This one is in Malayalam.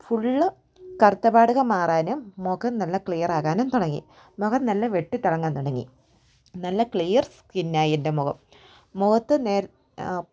ഫുൾ കറുത്ത പാടുകൾ മാറാനും മുഖം നല്ല ക്ലിയർ ആകാനും തുടങ്ങി മുഖം നല്ല വെട്ടിത്തിളങ്ങാൻ തുടങ്ങി നല്ല ക്ലിയർ സ്കിൻ ആയി എൻ്റെ മുഖം മുഖത്ത് നേര